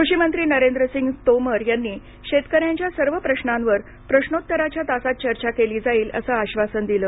कृषी मंत्री नरेंद्र सिंग तोमर यांनी शेतकऱ्यांच्या सर्व प्रश्नांवर प्रश्नोत्तराच्या तासात चर्चा केली जाईल असं आश्वासन दिलं